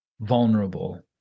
vulnerable